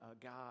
God